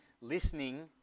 listening